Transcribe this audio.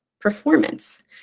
performance